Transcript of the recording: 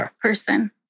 person